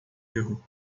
erro